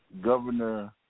governor